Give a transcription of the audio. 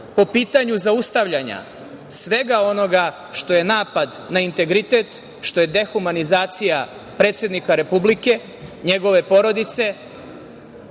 po pitanju zaustavljanja svega onoga što je napad na integritet, što je dehumanizacija predsednika Republike, njegove porodice,